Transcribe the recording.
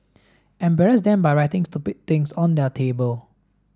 embarrass them by writing stupid things on their table